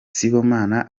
sibomana